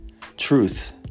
Truth